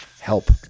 help